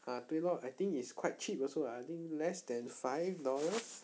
ah 对 lor I think it's quite cheap also uh I think it's less than five dollars